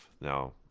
Now